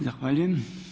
Zahvaljujem.